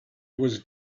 was